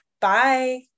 Bye